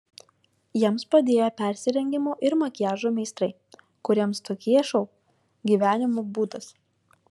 jiems padėjo persirengimo ir makiažo meistrai kuriems tokie šou gyvenimo būdas